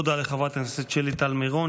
תודה לחברת הכנסת שלי טל מירון.